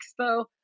expo